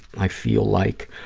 i feel like